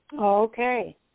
Okay